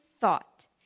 thought